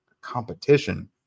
competition